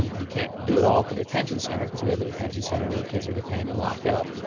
we can't do it all at the detention center cause we have the detention center where kids are detained and locked up. sure,